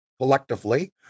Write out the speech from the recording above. Collectively